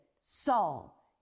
Saul